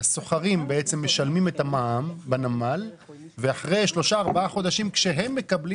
הסוחרים משלמים את המע"מ בנמל ואחרי שלושה-ארבעה חודשים כשהם מקבלים